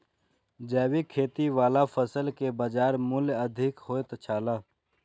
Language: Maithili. जैविक खेती वाला फसल के बाजार मूल्य अधिक होयत छला